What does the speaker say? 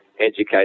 educate